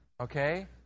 Okay